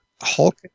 Hulk